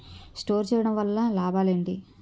Store చేయడం వల్ల లాభాలు ఏంటి?